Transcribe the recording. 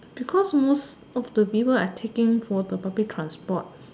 because most of the people are taking for the public transport